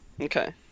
Okay